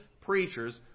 preachers